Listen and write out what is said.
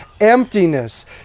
emptiness